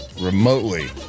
Remotely